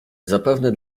zapewne